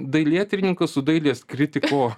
dailėtyrininkas su dailės kritiko